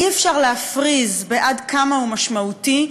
אי-אפשר להפריז, עד כמה הוא משמעותי.